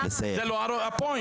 זה לא הפוינט,